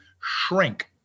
shrink